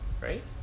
Right